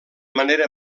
manera